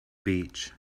beach